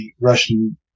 Russian